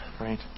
right